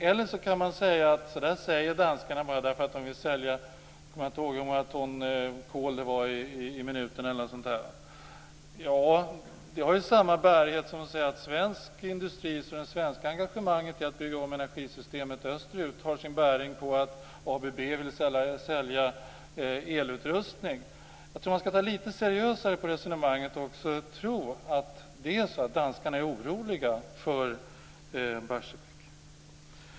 Man kan också säga att danskarna säger detta bara för att de vill sälja kol till oss. Det har samma bärighet som att säga att engagemanget från bl.a. svensk industri att bygga om energisystemet österut har sin bäring i att ABB vill sälja elutrustning. Jag tror att man skall ta litet seriösare på resonemanget och verkligen tro på att danskarna är oroliga för Barsebäck.